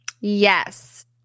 Yes